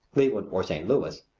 cleveland, or st. louis,